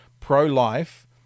Pro-life